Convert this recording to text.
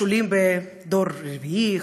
יש עולים דור רביעי,